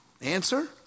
Answer